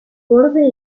borde